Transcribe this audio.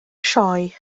sioe